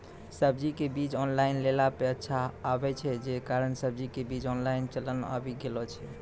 सब्जी के बीज ऑनलाइन लेला पे अच्छा आवे छै, जे कारण सब्जी के बीज ऑनलाइन चलन आवी गेलौ छै?